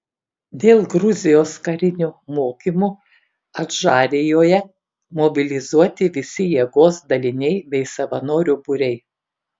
dėl gruzijos karinių mokymų adžarijoje mobilizuoti visi jėgos daliniai bei savanorių būriai